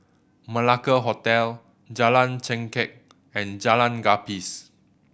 Malacca Hotel Jalan Chengkek and Jalan Gapis